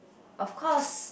of course